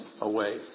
away